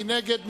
מי נגד?